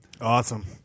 awesome